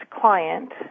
client